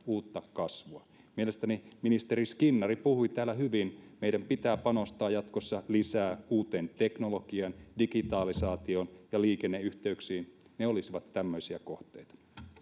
uutta kasvua mielestäni ministeri skinnari puhui täällä hyvin meidän pitää panostaa jatkossa lisää uuteen teknologiaan digitalisaatioon ja liikenneyhteyksiin ne olisivat tämmöisiä kohteita